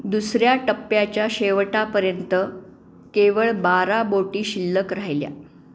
दुसऱ्या टप्प्याच्या शेवटापर्यंत केवळ बारा बोटी शिल्लक राहिल्या